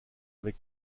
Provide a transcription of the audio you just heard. avec